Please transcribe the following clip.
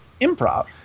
improv